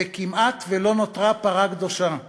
וכמעט לא נותרה פרה קדושה אחת.